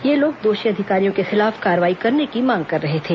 ये लोग दोषी अधिकारियों के खिलाफ कार्रवाई करने की मांग कर रहे थे